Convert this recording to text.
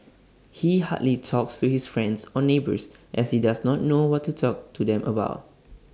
he hardly talks to his friends or neighbours as he does not know what to talk to them about